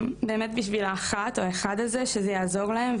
באמת בשביל האחד או אחת הזו שזה יעזור להם,